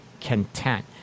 content